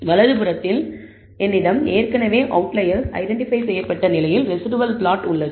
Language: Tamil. வலது புறத்தில் என்னிடம் ஏற்கனவே அவுட்லயர்ஸ் ஐடென்டிபை செய்யப்பட்ட நிலையில் ரெஸிடுவல் பிளாட் உள்ளது